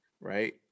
right